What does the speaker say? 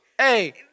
Hey